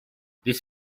this